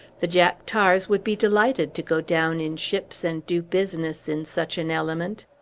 the jack-tars would be delighted to go down in ships and do business in such an element.